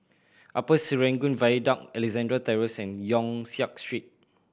Upper Serangoon Viaduct Alexandra Terrace and Yong Siak Street